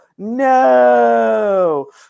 No